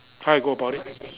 how I go about it